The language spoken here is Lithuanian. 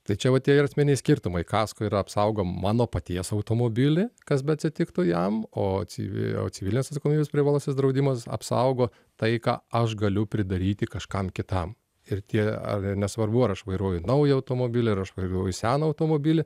tai čia va tie ir esminiai skirtumai kasko ir apsaugo mano paties automobilį kas beatsitiktų jam o civi o civilinės atsakomybės privalomasis draudimas apsaugo tai ką aš galiu pridaryti kažkam kitam ir tie ar nesvarbu ar aš vairuoju naują automobilį ar aš vairuoju seną automobilį